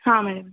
ಹಾಂ ಮೇ